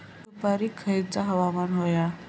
सुपरिक खयचा हवामान होया?